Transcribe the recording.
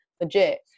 legit